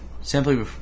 simply